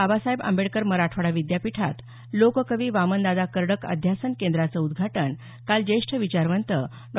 बाबासाहेब आंबेडकर मराठवाडा विद्यापीठात लोककवी वामनदादा कर्डक अध्यासन केंद्राचं उद्धाटन काल जेष्ठ विचारवंत डॉ